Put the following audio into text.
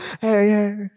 Hey